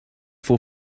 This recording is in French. faut